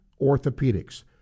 orthopedics